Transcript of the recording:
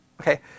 Okay